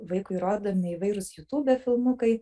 vaikui rodomi įvairūs jutube filmukai